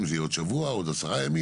אם זה יהיה בעוד שבוע או עוד עשרה ימים